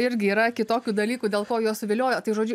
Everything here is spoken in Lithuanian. irgi yra kitokių dalykų dėl ko juos suviliojo tai žodžiu